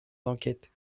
d’enquête